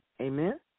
Amen